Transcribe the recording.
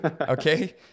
Okay